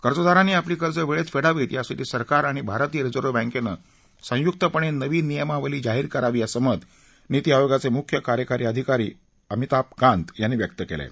कर्जदारांनी आपली कर्ज वेळेत फेडावीत यासाठी सरकार आणि भारतीय रिझर्व्ह बँकेनं संयूक्तपणे नवी नियमावली जाहीर करावी असं मत नीती आयोगाचे मुख्य कार्याकारी अधिकारी अमिताभ कांत यांनी व्यक्त केलं आहे